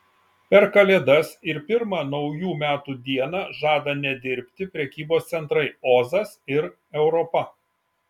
per kalėdas ir pirmą naujų metų dieną žada nedirbti prekybos centrai ozas ir europa